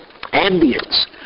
ambience